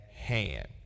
hand